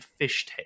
fishtail